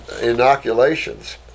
inoculations